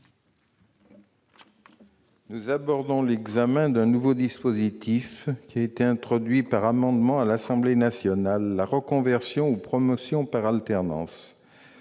Nous abordons l'examen d'un nouveau dispositif introduit par amendement à l'Assemblée nationale : la reconversion ou la promotion par alternance.